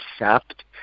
accept